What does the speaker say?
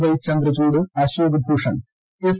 Y Chandrachud Ashok Bhushan S